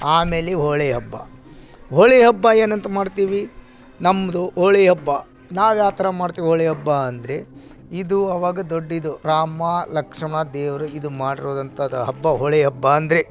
ಆಮೇಲೆ ಹೋಳಿ ಹಬ್ಬ ಹೋಳಿ ಹಬ್ಬ ಏನಂತ ಮಾಡ್ತೀವಿ ನಮ್ದು ಹೋಳಿ ಹಬ್ಬ ನಾವು ಯಾವ ಥರ ಮಾಡ್ತೀವಿ ಹೋಳಿ ಹಬ್ಬ ಅಂದರೆ ಇದು ಅವಾಗ ದೊಡ್ಡ ಇದು ರಾಮ ಲಕ್ಷ್ಮಣ ದೇವರು ಇದು ಮಾಡಿರೋದಂಥದ್ ಹಬ್ಬ ಹೋಳಿ ಹಬ್ಬ ಅಂದರೆ